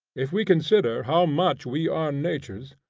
if we consider how much we are nature's,